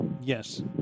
Yes